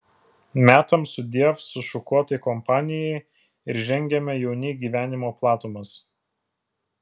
metam sudiev sušukuotai kompanijai ir žengiame jauni į gyvenimo platumas